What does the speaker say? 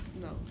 No